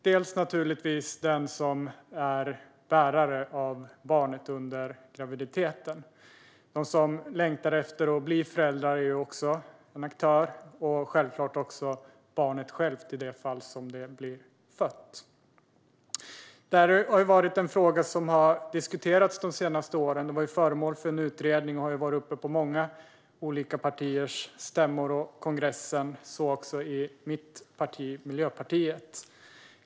Dels handlar det naturligtvis om den som är bärare av barnet under graviditeten, dels om dem som längtar efter att bli föräldrar, dels självklart också om barnet självt i det fall som det blir fött. Detta är en fråga som har diskuterats de senaste åren. Den var föremål för en utredning och har varit uppe på många partiers stämmor och kongresser, så också i mitt parti, Miljöpartiet.